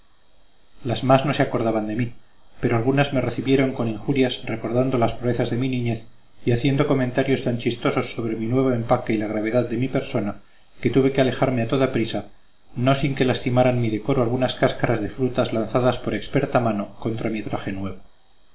algunas me recibieron con injurias recordando las proezas de mi niñez y haciendo comentarios tan chistosos sobre mi nuevo empaque y la gravedad de mi persona que tuve que alejarme a toda prisa no sin que lastimaran mi decoro algunas cáscaras de frutas lanzadas por experta mano contra mi traje nuevo